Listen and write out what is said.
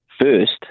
first